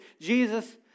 Jesus